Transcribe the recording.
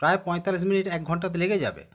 প্রায় পঁয়তাল্লিশ মিনিট একঘণ্টা তো লেগে যাবে